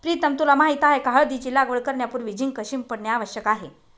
प्रीतम तुला माहित आहे का हळदीची लागवड करण्यापूर्वी झिंक शिंपडणे आवश्यक आहे